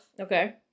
Okay